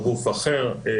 היציאה.